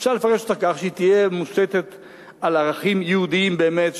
אפשר לפרש אותה כך שהיא תהיה מושתתת על ערכים יהודיים באמת,